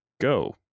go